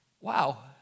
Wow